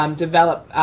um develop